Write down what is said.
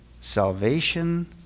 Salvation